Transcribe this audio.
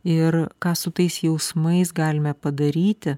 ir ką su tais jausmais galime padaryti